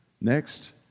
Next